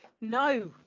no